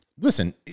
listen